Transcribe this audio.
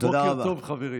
בוקר טוב, חברים.